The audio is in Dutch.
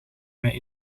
mij